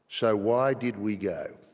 so why did we go?